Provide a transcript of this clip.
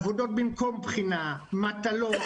עבודות במקום בחינה, מטלות.